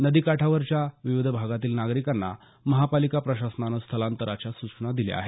नदीकाठावरील विविध भागातील नागरिकांना महापालिका प्रशासनानं स्थलांतराच्या सूचना दिल्या आहेत